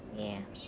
ya